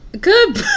good